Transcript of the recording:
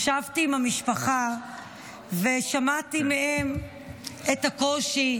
ישבתי עם המשפחה ושמעתי מהם את הקושי,